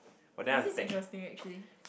is it interesting actually